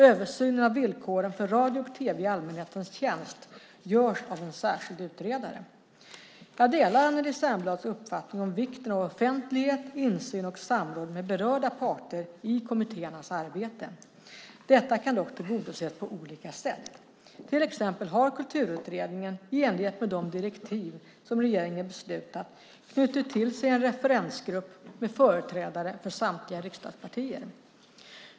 Översynen av villkoren för radio och tv i allmänhetens tjänst görs av en särskild utredare. Jag delar Anneli Särnblads uppfattning om vikten av offentlighet, insyn och samråd med berörda parter i kommittéernas arbete. Detta kan dock tillgodoses på olika sätt. Till exempel har Kulturutredningen, i enlighet med de direktiv som regeringen beslutat, knutit till sig en referensgrupp med företrädare för samtliga riksdagspartier.